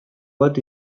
bat